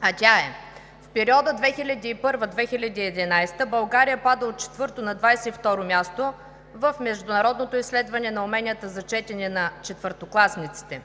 а тя е: в периода 2001 – 2011 г. България пада от 4-о на 22-ро място в Международното изследване на уменията за четене на четвъртокласниците,